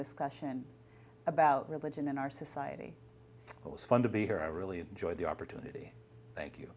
discussion about religion in our society it was fun to be here i really enjoyed the opportunity thank you